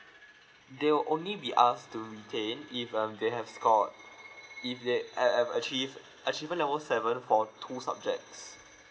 they will only be asked to retain if um they have scored if they uh have achieve achievement level seven for two subjects